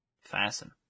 Fasten